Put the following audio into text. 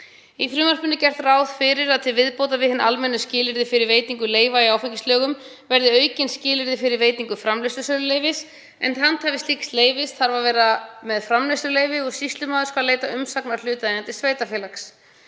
Í frumvarpinu er gert ráð fyrir að til viðbótar við hin almennu skilyrði fyrir veitingu leyfa í áfengislögum verði aukin skilyrði fyrir veitingu framleiðslusöluleyfis. Handhafi slíks leyfis þarf að vera með framleiðsluleyfi og sýslumaður skal leita umsagnar hlutaðeigandi sveitarfélags.